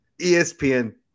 ESPN